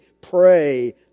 pray